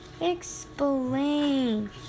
Explain